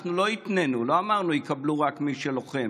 אנחנו לא התנינו, לא אמרנו: יקבל רק מי שלוחם,